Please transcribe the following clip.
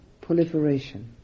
proliferation